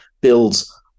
builds